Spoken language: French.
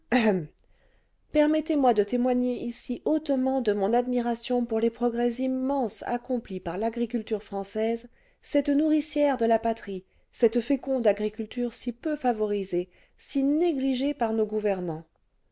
permettez-moi de témoigner ici hautement de mon admiration pour les progrès immenses accomplis par l'agriculture française cette nourricière de la patrie cette féconde agriculture si peu favorisée si négligée par nos gouvernants